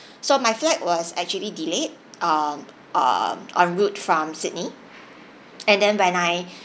so my flight was actually delayed um um en route from sydney and then when I